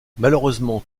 malheureusement